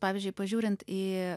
pavyzdžiui pažiūrint į